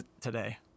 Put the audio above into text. today